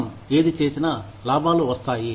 మనం ఏది చేసినా లాభాలు వస్తాయి